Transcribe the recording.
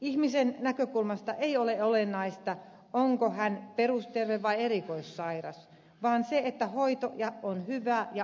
ihmisen näkökulmasta ei ole olennaista onko hän perusterve vai erikoissairas vaan se että hoito on hyvää ja oikea aikaista